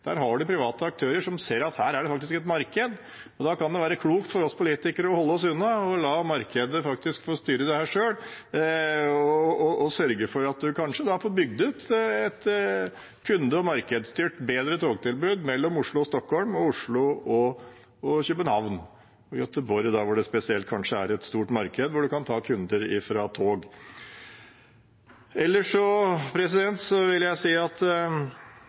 Der har man private aktører som ser at her er det faktisk et marked. Da kan det være klokt for oss politikere å holde oss unna og la markedet faktisk få styre dette selv og sørge for at en kanskje får bygd ut et bedre kunde- og markedsstyrt togtilbud mellom Oslo og Stockholm, København og Göteborg, hvor det kanskje spesielt er et stort marked. Ellers vil jeg si at representanten Jegstad har meget gode intensjoner med forslaget, intensjoner jeg tror alle støtter. Det som er litt av faren, kanskje litt av frykten, er at